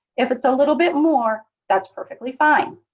if it's a little bit more, that's perfectly fine.